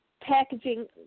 packaging